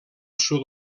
sud